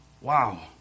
Wow